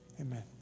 Amen